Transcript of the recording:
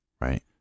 Right